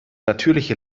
natürliche